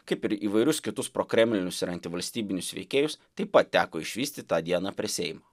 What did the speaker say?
kaip ir įvairius kitus prokremlinius ir antivalstybinius veikėjus taip pat teko išvysti tą dieną prie seimo